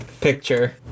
Picture